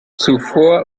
zuvor